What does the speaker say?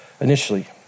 initially